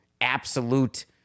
absolute